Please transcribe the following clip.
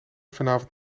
vanavond